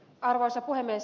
arvoisa puhemies